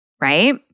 right